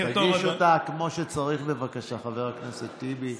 תגיש אותה כמו שצריך, בבקשה, חבר הכנסת טיבי.